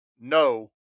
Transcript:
no